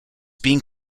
being